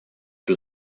two